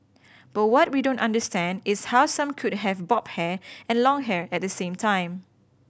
but what we don't understand is how some could have bob hair and long hair at the same time